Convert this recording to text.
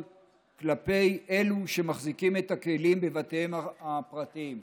כלפי אלו שמחזיקים את הכלים בבתיהם הפרטיים,